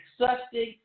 accepting